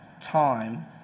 time